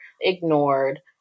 ignored